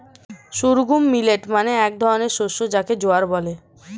sorghum millet মানে এক ধরনের শস্য যাকে জোয়ার বলে